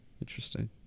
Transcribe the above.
interesting